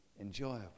enjoyable